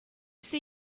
see